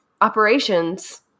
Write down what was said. operations